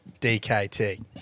DKT